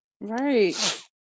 Right